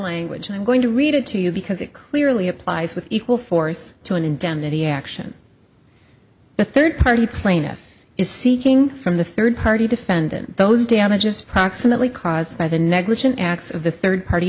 language i'm going to read it to you because it clearly applies with equal force to an indemnity action the third party plaintiff is seeking from the third party defendant those damages proximately caused by the negligent acts of a third party